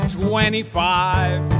twenty-five